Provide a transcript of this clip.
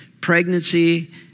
pregnancy